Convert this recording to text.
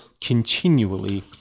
continually